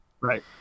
Right